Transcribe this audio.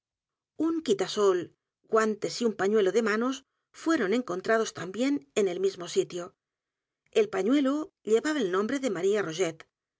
un quitasol guantes y un pañuelo de manos fueron encontrados también en el mismo sitio el pañuelo llevaba el nombre de maría